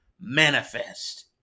Manifest